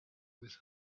with